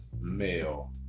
Male